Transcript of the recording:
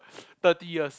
thirty years